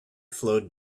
flowed